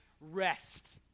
rest